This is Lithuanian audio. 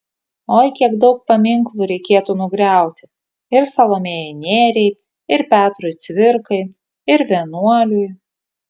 oi kiek daug paminklų reikėtų nugriauti ir salomėjai nėriai ir petrui cvirkai ir vienuoliui